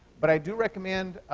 but i do recommend,